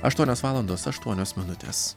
aštuonios valandos aštuonios minutės